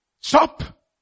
Stop